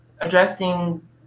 addressing